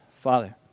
Father